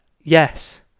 Yes